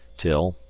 till,